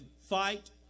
fight